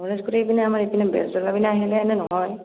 গণেশগুৰি এইপিনে আমাৰ এইপিনে বেলতলা পিনে আহিলে এনে নহয়